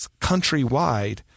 countrywide